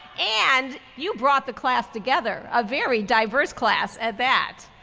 and you brought the class together, a very diverse class at that.